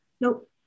Nope